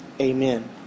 Amen